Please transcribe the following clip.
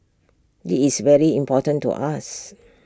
this is very important to us